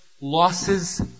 losses